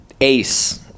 ace